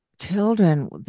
children